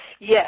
Yes